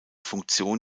funktion